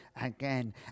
again